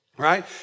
Right